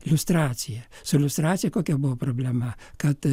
liustracija su liustracija kokia buvo problema kad